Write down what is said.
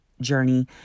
journey